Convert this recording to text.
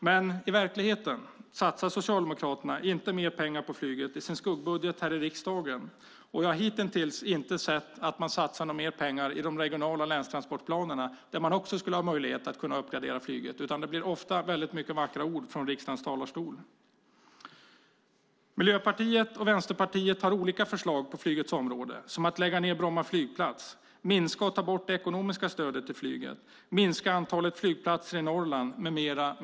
Men i verkligheten satsar Socialdemokraterna inte mer pengar på flyget i sin skuggbudget här i riksdagen. Jag har hitintills inte sett att det satsas mer i de regionala länstransportplanerna där man skulle ha möjlighet att uppgradera flyget, utan det blir ofta många vackra ord från riksdagens talarstol. Miljöpartiet och Vänsterpartiet har olika förslag på flygets område, som att lägga ned Bromma flygplats, minska och ta bort det ekonomiska stödet till flyget, minska antalet flygplatser i Norrland med mera.